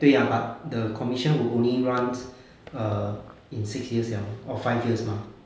对呀 but the commission will only run err in six years liao or five years mah